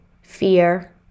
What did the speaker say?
fear